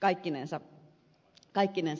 kaikkinensa esitämme